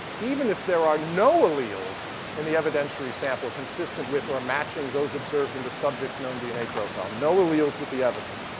even if there are no alleles in the evidentiary sample consistent with or matching those observed in the subject's known dna profile, no alleles with the evidence,